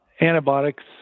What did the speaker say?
Antibiotics